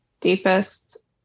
deepest